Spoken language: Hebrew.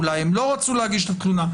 אולי הם לא רצו להגיש את התלונה.